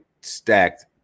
stacked